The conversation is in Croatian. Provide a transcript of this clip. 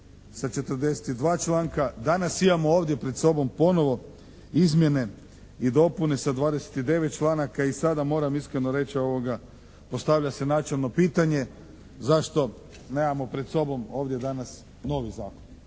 sa 42 članka. Danas imamo ovdje pred sobom ponovo izmjene i dopune sa 29. članaka i sada moram iskreno reći postavlja se načelno pitanje. Zašto nemamo pred sobom ovdje danas novi zakon,